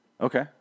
Okay